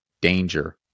danger